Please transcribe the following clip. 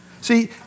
See